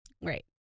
Right